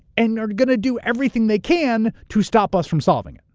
and are going to do everything they can to stop us from solving it.